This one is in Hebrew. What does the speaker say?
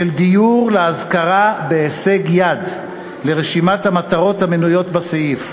"דיור להשכרה בהישג יד" לרשימת המטרות המנויות בסעיף.